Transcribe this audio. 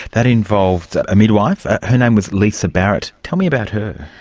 that involved a midwife, her name was lisa barrett. tell me about her.